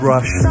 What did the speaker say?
Rush